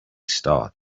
start